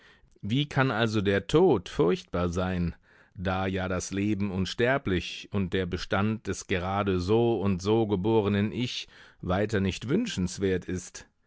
wie kann also der tod furchtbar sein da ja das leben unsterblich und der bestand des gerade so und so geborenen ich weiter nicht wünschenswert ist